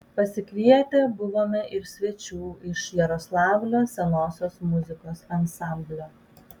pasikvietę buvome ir svečių iš jaroslavlio senosios muzikos ansamblio